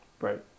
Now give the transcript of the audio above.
Right